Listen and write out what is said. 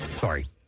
sorry